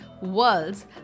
world's